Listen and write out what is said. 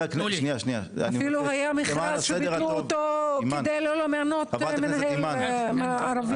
אפילו היה מכרז שביטלו אותו כדי לא למנות מנהל ערבי.